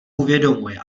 uvědomuje